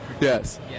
Yes